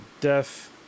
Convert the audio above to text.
Death